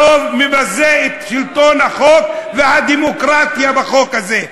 הרוב מבזה את שלטון החוק והדמוקרטיה בחוק הזה.